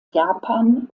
japan